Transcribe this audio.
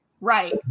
Right